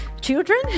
children